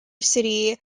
city